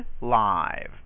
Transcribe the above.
live